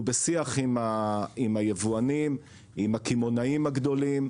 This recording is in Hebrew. אנחנו בשיח עם היבואנים, עם הקמעונאים הגדולים,